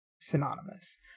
synonymous